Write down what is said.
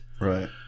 Right